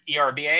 ERBA